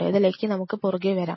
ഇതിലേക്ക് നമുക്ക് പുറകെ വരാം